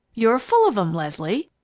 you're full of em, leslie.